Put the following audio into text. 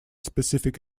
specific